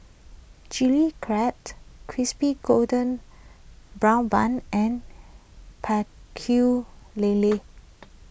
Chili Crab Crispy Golden Brown Bun and Pecel Lele